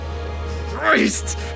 Christ